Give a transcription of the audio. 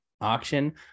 auction